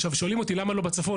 שואלים אותי למה לא בצפון?